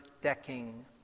decking